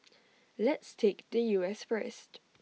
let's take the U S first